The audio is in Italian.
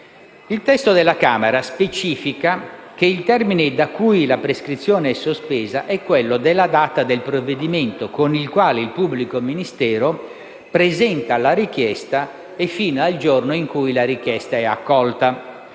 dei deputati specifica che il termine da cui la prescrizione è sospesa è quello della data del provvedimento con cui il pubblico ministero presenta la richiesta e fino al giorno in cui la richiesta è accolta.